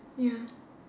ya